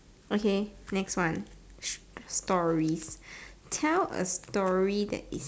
okay next one stories tell a story that is